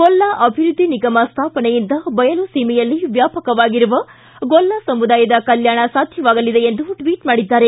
ಗೊಲ್ಲ ಅಭಿವೃದ್ದಿ ನಿಗಮ ಸ್ಟಾಪನೆಯಿಂದ ಬಯಲು ಸೀಮೆಯಲ್ಲಿ ವ್ಯಾಪಕವಾಗಿರುವ ಗೊಲ್ಲ ಸಮುದಾಯದ ಕಲ್ಯಾಣ ಸಾಧ್ಯವಾಗಲಿದೆ ಎಂದು ಟ್ವಿಟ್ ಮಾಡಿದ್ದಾರೆ